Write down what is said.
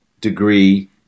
Degree